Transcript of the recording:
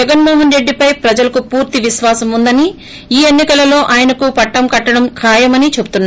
జగన్మోహన్ రెడ్డిపై ప్రజలకు పూర్తి విశ్వాసం వుందని ఈ ఎన్ని కలలో ఆయనకు పట్టం కట్లడం ఖాయమని చెబుతున్నారు